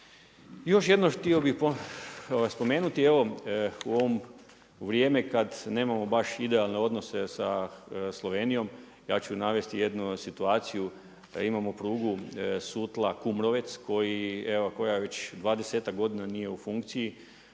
Još jednom, htio bi spomenuti, evo u ovo vrijeme kad nemamo baš idealne odnose sa Slovenijom, ja ću navesti jednu situaciju, da imamo u klubu Sutla Kumrovec koja već 20-tak godina nije u funkciji,